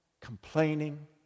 complaining